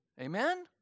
amen